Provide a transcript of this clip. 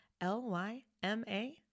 L-Y-M-A